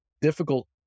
difficult